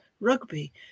rugby